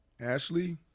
Ashley